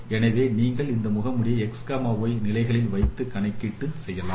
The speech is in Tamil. எனவே நீங்கள் இந்த முகமூடியை x y நிலைகளில் வைத்து கணக்கீடு செய்யலாம்